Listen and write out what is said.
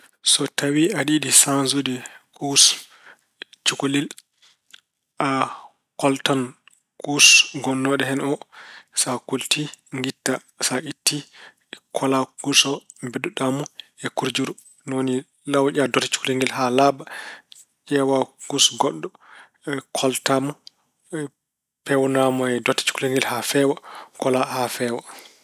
So tawi aɗa yiɗi saanjude kuus cukalel, koltan kuus ngonnooɗo hen o. Sa kolti, ngetti. Sa itti, kola kuus o, mbeddoɗaa mo e kurjuru. Ni woni laawƴa dote cukalel ngel haa laaɓa. Ƴeewa kuus goɗɗo, koltaa mo. Peewnaa mo e dote cukalel ngel haa feewa, kola haa feewa.